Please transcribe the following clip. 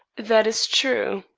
that is true,